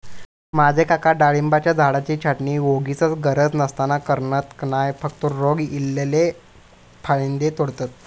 माझे काका डाळिंबाच्या झाडाची छाटणी वोगीचच गरज नसताना करणत नाय, फक्त रोग इल्लले फांदये तोडतत